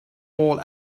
all